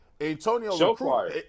Antonio